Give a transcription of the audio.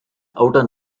outer